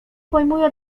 pojmuję